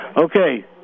Okay